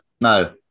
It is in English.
no